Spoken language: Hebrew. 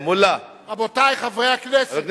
מולה, רבותי חברי הכנסת, מה זה?